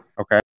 Okay